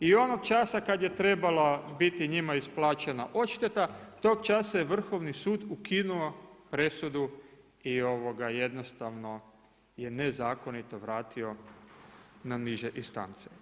I onog časa kada je trebala biti njima isplaćena odšteta, tog časa je Vrhovni sud ukinuo presudu i jednostavno je nezakonito vratio na niže istance.